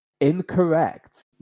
Incorrect